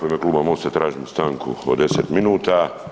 U ime kluba Mosta tražim stanku od 10 minuta.